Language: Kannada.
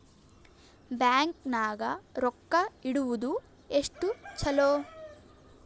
ಬ್ಯಾಂಕ್ ನಾಗ ರೊಕ್ಕ ಇಡುವುದು ಎಷ್ಟು ಚಲೋ?